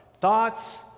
Thoughts